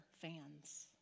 fans